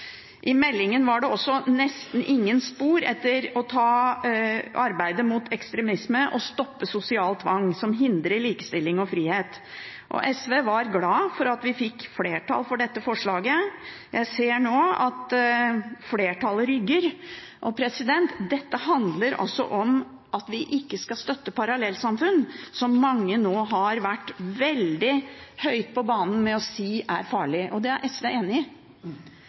I meldingen var det nesten ingen spor etter å arbeide mot ekstremisme og stoppe sosial tvang, som hindrer likestilling og frihet. SV var glad for at vi fikk flertall for dette forslaget. Jeg ser nå at flertallet rygger. Dette handler altså om at vi ikke skal støtte parallellsamfunn, som mange nå har vært veldig høyt på banen med å si er farlig. Det er SV enig i.